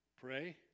Pray